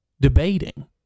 debating